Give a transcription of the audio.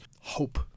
hope